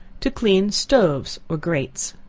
to clean stoves or grates.